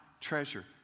treasure